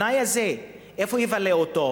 איפה יבלה בזמן הפנאי?